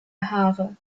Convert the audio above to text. haare